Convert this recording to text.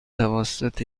توسط